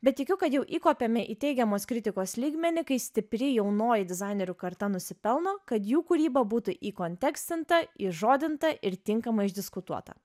bet tikiu kad jau įkopėme į teigiamos kritikos lygmenį kai stipri jaunoji dizainerių karta nusipelno kad jų kūryba būtų įkontekstinta įžodinta ir tinkamai išdiskutuota